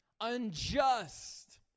unjust